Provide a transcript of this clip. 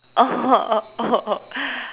oh oh